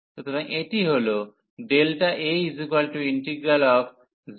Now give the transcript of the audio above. সুতরাং এটি হল a0tan 1axx1x2dx